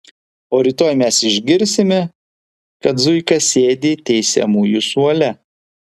o rytoj mes išgirsime kad zuika sėdi teisiamųjų suole